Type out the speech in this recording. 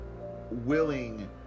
willing